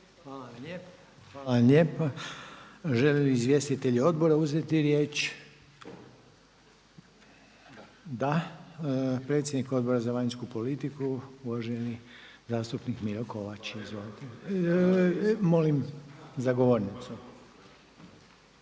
Hvala lijepa. Žele li izvjestitelji odbora uzeti riječ? Da. Predsjednik Odbora za vanjsku politiku uvaženi zastupnik Miro Kovač. Izvolite.